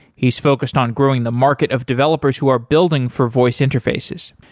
he's focused on growing the market of developers who are building for voice interfaces.